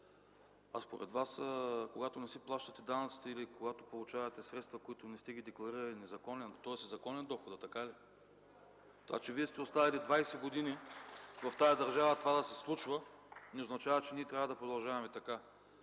Според Вас, когато не си плащате данъците или когато получавате средства, които не сте декларирали, е законен доходът, така ли? (Ръкопляскания от ГЕРБ.) Това, че Вие сте оставили 20 години в тази държава това да се случва, не означава, че ние трябва да продължаваме така.